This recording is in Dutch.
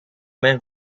mijn